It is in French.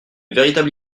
véritable